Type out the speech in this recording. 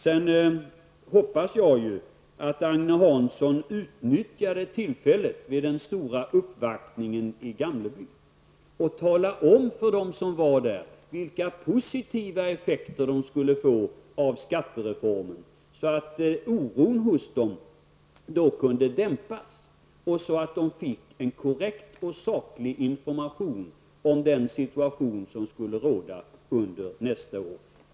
Jag hoppas att Agne Hansson vid den stora uppvaktningen i Gamleby utnyttjade tillfället att för dem som var där tala om vilka positiva effekter de skulle få av skattereformen, så att deras oro kunde dämpas och så att de fick en korrekt och saklig information om den situation som skulle råda under nästa år.